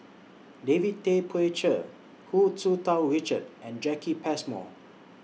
David Tay Poey Cher Hu Tsu Tau Richard and Jacki Passmore